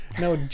No